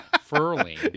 Furling